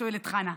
שואלת חנה.